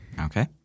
Okay